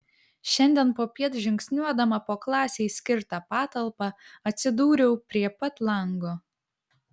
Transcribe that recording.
šiandien popiet žingsniuodama po klasei skirtą patalpą atsidūriau prie pat lango